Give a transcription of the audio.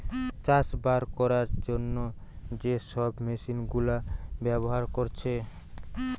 চাষবাস কোরার জন্যে যে সব মেশিন গুলা ব্যাভার কোরছে